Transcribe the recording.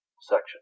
section